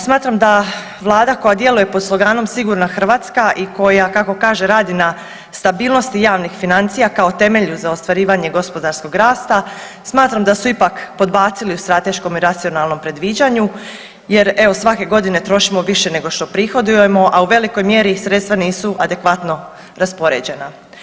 Smatram da vlada koja djeluje pod sloganom „Sigurna Hrvatska“ i koja kako kaže radi na stabilnosti javnih financija kao temelju za ostvarivanje gospodarskog rasta, smatram da su ipak podbacili u strateškome racionalnom predviđanju jer evo svake godine trošimo više nego što uprihodujemo, a u velikoj mjeri sredstva nisu adekvatno raspoređena.